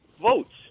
votes